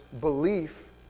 belief